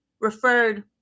referred